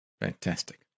Fantastic